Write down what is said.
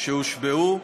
שהושבעו.